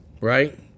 Right